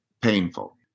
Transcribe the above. painful